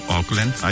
Auckland